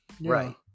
Right